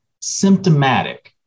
symptomatic